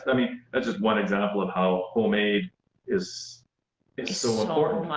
i mean, that's just one example of how homemade is is so important.